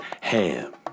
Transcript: ham